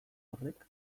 horrek